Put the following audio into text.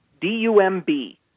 D-U-M-B